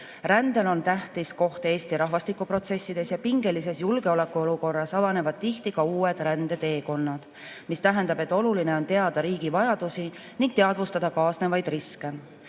Rändel on tähtis koht Eesti rahvastikuprotsessides ja pingelises julgeolekuolukorras avanevad tihti ka uued rände teekonnad, mis tähendab, et oluline on teada riigi vajadusi ning teadvustada kaasnevaid